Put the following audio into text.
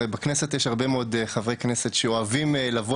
הרי בכנסת יש הרבה מאוד חברי כנסת שאוהבים לבוא